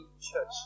church